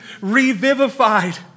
revivified